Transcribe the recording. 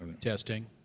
Testing